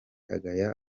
agaya